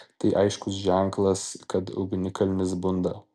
tai aiškus ženklas kad ugnikalnis bunda